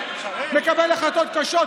מקבל החלטות קשות,